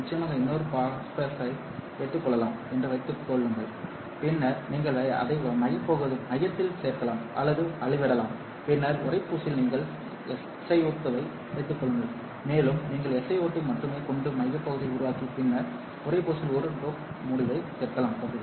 நிச்சயமாக இன்னொரு பாஸ்பரஸை வைத்துக் கொள்ளலாம் என்று வைத்துக் கொள்ளுங்கள் பின்னர் நீங்கள் அதை மையத்தில் சேர்க்கலாம் அல்லது அளவிடலாம் பின்னர் உறைப்பூச்சியில் நீங்கள் SiO2 ஐ வைத்துக் கொள்ளுங்கள் மேலும் நீங்கள் SiO2 ஐ மட்டுமே கொண்ட மையத்தை உருவாக்கி பின்னர் உறைப்பூச்சில் ஒரு டோப் முடிவைச் சேர்க்கலாம் பகுதி